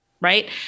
Right